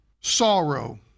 sorrow